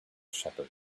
shepherd